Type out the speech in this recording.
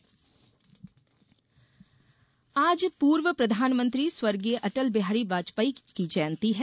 अटल जयंती आज पूर्व प्रधानमंत्री स्वर्गीय अटल बिहारी वाजपेयी की जयंती है